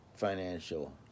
financial